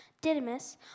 Didymus